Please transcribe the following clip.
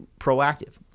proactive